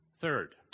Third